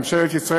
ממשלת ישראל,